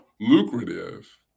lucrative